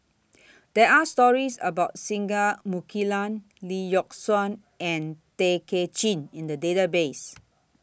There Are stories about Singai Mukilan Lee Yock Suan and Tay Kay Chin in The Database